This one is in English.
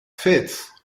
fits